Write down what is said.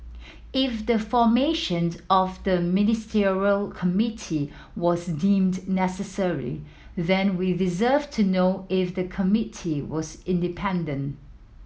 if the formations of the Ministerial Committee was deemed necessary then we deserve to know if the committee was independent